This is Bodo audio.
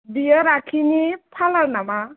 बियो रााखिनि पार्लार नामा